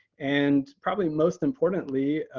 and probably most importantly,